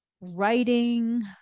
Writing